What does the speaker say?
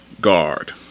guard